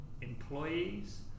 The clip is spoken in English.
employees